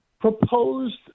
proposed